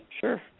Sure